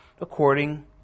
according